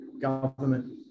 government